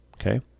okay